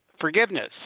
forgiveness